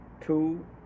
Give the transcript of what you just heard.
two